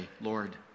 Lord